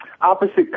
opposite